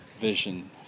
vision